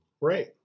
Right